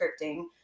scripting